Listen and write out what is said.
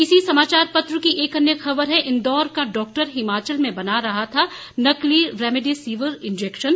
इसी समाचार पत्र की एक अन्य खबर है इंदौर का डॉक्टर हिमाचल में बना रहा था नकली रेमडेसिविर इंजेक्शन